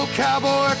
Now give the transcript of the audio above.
cowboy